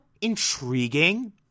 intriguing